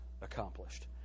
accomplished